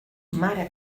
mare